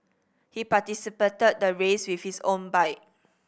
he participated the race with his own bike